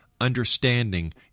Understanding